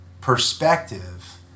perspective